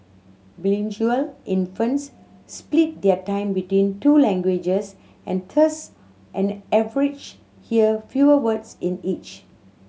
infants split their time between two languages and thus and average hear fewer words in each